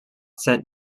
sent